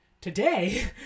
today